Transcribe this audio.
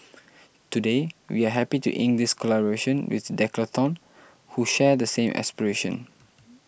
today we are happy to ink this collaboration with Decathlon who share the same aspiration